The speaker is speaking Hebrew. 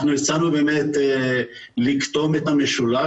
אנחנו הצענו לקטום את המשולש,